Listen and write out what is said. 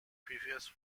previous